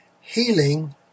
healing